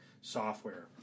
software